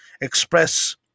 express